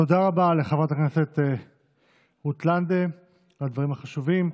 תודה רבה לחברת הכנסת רות לנדה על הדברים החשובים.